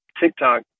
TikTok